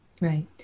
Right